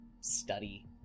study